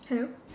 hello